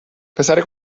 پسره